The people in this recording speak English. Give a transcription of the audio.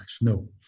No